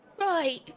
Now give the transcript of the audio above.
Right